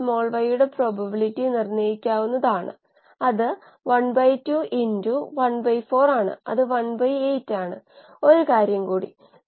അപ്പോൾ ആ പരീക്ഷണം പരീക്ഷിക്കുന്നതുമായി ബന്ധപ്പെട്ട മുഴുവൻ ചെലവും നിങ്ങൾക്ക് നഷ്ടപ്പെടും